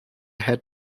head